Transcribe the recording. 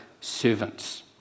servants